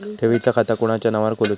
ठेवीचा खाता कोणाच्या नावार खोलूचा?